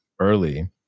early